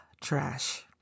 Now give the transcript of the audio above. trash